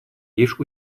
лишь